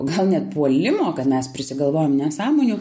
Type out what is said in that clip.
gal net puolimo kad mes prisigalvojam nesąmonių